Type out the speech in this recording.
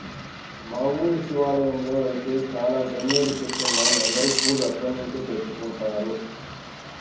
మా ఊరి శివాలయంలో ఐతే చాలా గన్నేరు చెట్లున్నాయ్, అందరూ పూలు అక్కడ్నుంచే తెచ్చుకుంటారు